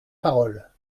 parole